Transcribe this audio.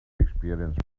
experience